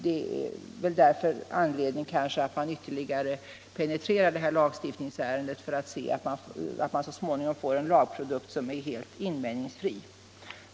Det finns därför anledning att ytterligare penetrera det här lagstiftningsärendet, så att man så småningom får en lagprodukt som är helt invändningsfri.